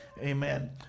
Amen